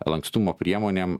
lankstumo priemonėm